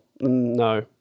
No